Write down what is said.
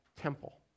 temple